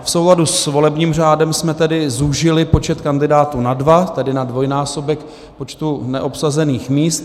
V souladu s volebním řádem jsme tedy zúžili počet kandidátů na dva, tedy na dvojnásobek počtu neobsazených míst.